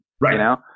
Right